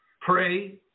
Pray